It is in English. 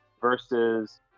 versus